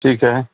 ٹھیک ہے